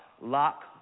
lock